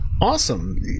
awesome